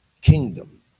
kingdom